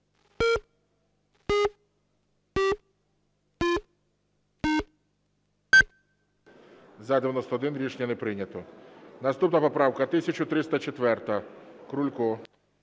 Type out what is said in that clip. За-91 Рішення не прийнято. Наступна поправка 1304. Крулько.